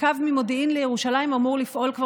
הקו ממודיעין לירושלים אמור לפעול כבר